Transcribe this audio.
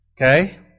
Okay